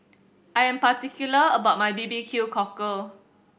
I am particular about my B B Q Cockle